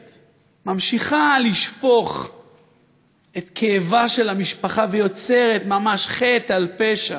ממשיכה לשפוך את כאבה של המשפחה ויוצרת ממש חטא על פשע.